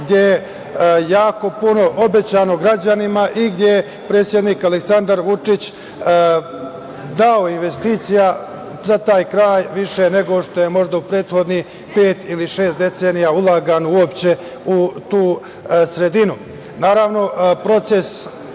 gde je jako puno obećano građanima i gde je predsednik Aleksandar Vučić dao investicija za taj kraj više nego što je možda u prethodnih pet ili šest decenija ulagano uopšte u tu sredinu. Naravno, proces